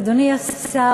אדוני השר,